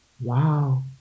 Wow